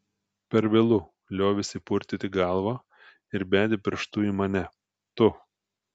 per vėlu liovėsi purtyti galvą ir bedė pirštu į mane tu